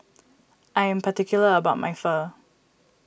I am particular about my Pho